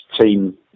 team